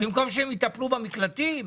במקום שהם יטפלו במקלטים?